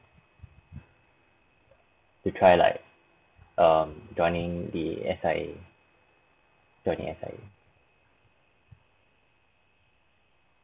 to try like um joining the S_I_A joining S_I_A